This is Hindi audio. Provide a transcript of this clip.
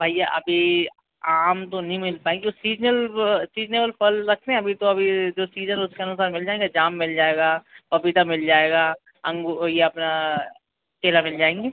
भैया अभी आम तो नहीं मिल पाएंगे क्योंकि वो सीजनेबल फल रखते हैं अभी तो अभी जो सीजन है उसकए अनुसार मिल जाएंगे जाम मिल जाएगा पपीता मिल जाएगा अंगू ये अपना केले मिल जाएंगे